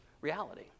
reality